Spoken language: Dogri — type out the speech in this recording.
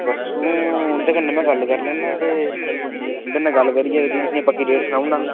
परसूं उं'दे कन्नै में गल्ल करी लैन्नां ते उं'दे नै गल्ल करियै भी तुसें ई पक्की डेट सनाई ओड़ना